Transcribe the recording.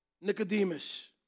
Nicodemus